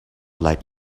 like